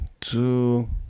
two